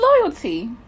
loyalty